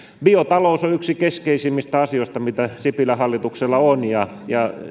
biotalous on yksi keskeisimmistä asioista mitä sipilän hallituksella on ja